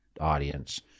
audience